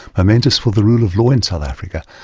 momentous for the rule of law in south africa.